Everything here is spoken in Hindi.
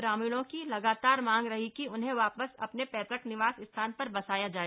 ग्रामीणों की लगातार मांग रही है कि उन्हें वापस अपने पैतृक निवास स्थान पर बसाया जाए